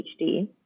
PhD